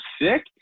sick